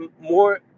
more